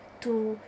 to